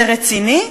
זה רציני?